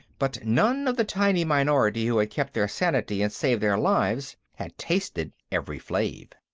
but none of the tiny minority who had kept their sanity and saved their lives had tasted evri-flave.